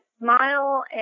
smile